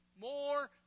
more